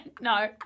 No